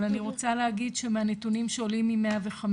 אבל אני רוצה להגיד שמהנתונים שעולים מ-105